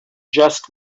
just